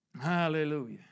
Hallelujah